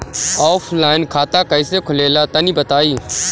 Offline खाता कइसे खुलेला तनि बताईं?